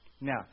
Now